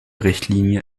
richtlinie